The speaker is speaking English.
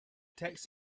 text